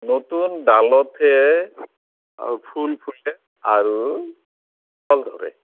নতুন ডালতহে ফুল ফুলে আৰু ফল ধৰে